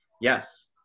yes